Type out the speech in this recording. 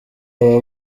aba